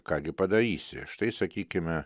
ką gi padarysi štai sakykime